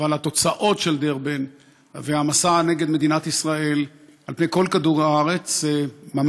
אבל התוצאות של דרבן והמסע כנגד מדינת ישראל על פני כל כדור-הארץ,